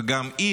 וגם היא,